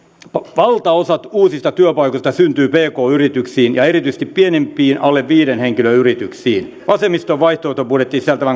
valtaosa uusista työpaikoista syntyy pk yrityksiin ja erityisesti pienempiin alle viiden henkilön yrityksiin vasemmiston vaihtoehtobudjetti sisältää